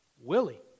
Willie